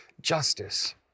justice